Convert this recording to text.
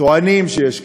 טוענים שיש כסף,